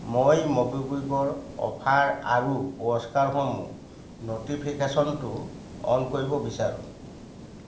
মই ম'বিকুইকৰ অফাৰ আৰু পুৰস্কাৰসমূহ ন'টিফিকেচনটো অ'ন কৰিব বিচাৰোঁ